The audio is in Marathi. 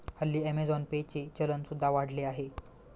हल्ली अमेझॉन पे चे चलन सुद्धा वाढले आहे